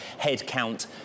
headcount